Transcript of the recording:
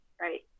right